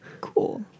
Cool